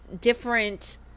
different